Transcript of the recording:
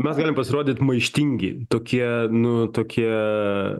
mes galim pasirodyt maištingi tokie nu tokie